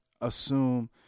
assume